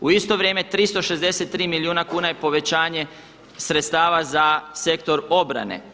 U isto vrijeme 363 milijuna kuna je povećanje sredstava za sektor obrane.